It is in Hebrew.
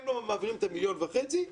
הם לא מעבירים את ה-1.5 מיליון,